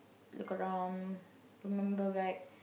look around remember back